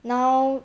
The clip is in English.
now